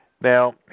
Now